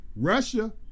Russia